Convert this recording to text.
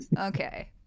Okay